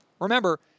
remember